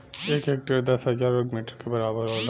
एक हेक्टेयर दस हजार वर्ग मीटर के बराबर होला